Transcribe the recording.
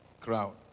crowd